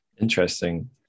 Interesting